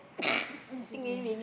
excuse me